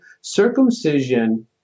Circumcision